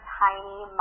tiny